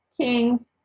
Kings